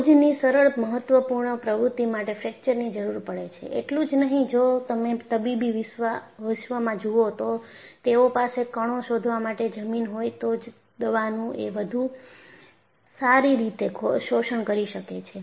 આવી રોજની સરળ મહત્વપૂર્ણ પ્રવૃત્તિ માટે ફ્રેકચરની જરૂર પડે છે એટલું જ નહીં જો તમે તબીબી વિશ્વમાં જુઓ તો તેઓ પાસે કણો શોધવા માટે જમીન હોય તો જ દવાનું એ વધુ સારી રીતે શોષણ કરી શકે છે